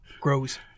grows